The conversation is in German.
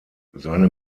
seine